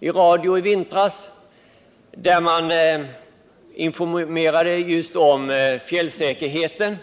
i radio i vintras, där man informerade om fjällsäkerheten.